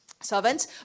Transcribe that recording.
servants